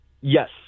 yes